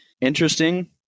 interesting